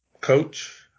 coach